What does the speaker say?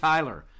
Tyler